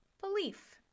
belief